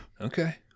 Okay